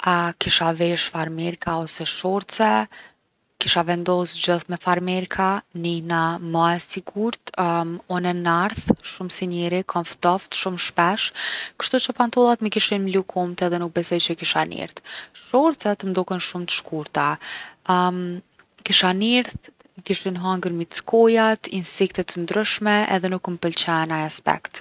A kisha vesh farmerka ose shorce, kisha vendos gjithë me farmerka. Nihna ma e sigurtë unë narth shumë si njeri, kom ftoft shumë shpesh kshtuqë pantollat mi kishim mlu komt edhe nuk besoj që kisha nirtht. Shorcet m’doken shumë t’shkurta. kisha nirtht, m’kishin hangër mickojat, insekte t’ndryshme edhe nuk m’pëlqen ai aspekt.